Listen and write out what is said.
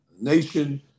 nation